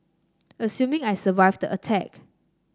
assuming I survived attack